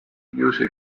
music